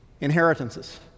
inheritances